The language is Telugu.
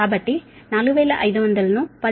కాబట్టి 4500 ను 10